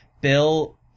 Bill